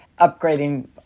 upgrading